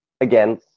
again